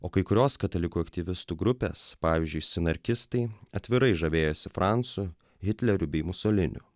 o kai kurios katalikų aktyvistų grupes pavyzdžiui sinarkistai atvirai žavėjosi francu hitleriu bei musoliniu